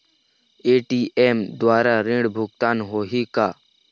ATM द्वारा ऋण भुगतान होही का?